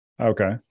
Okay